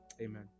Amen